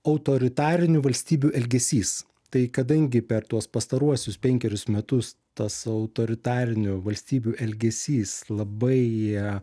autoritarinių valstybių elgesys tai kadangi per tuos pastaruosius penkerius metus tas autoritarinių valstybių elgesys labai